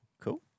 Cool